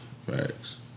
Facts